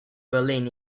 berlin